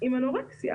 עם אנורקסיה.